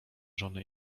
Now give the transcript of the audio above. żony